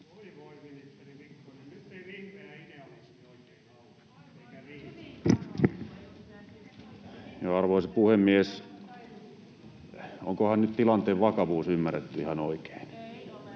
Arvoisa puhemies! Onkohan nyt tilanteen vakavuus ymmärretty ihan oikein?